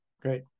great